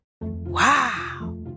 Wow